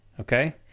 okay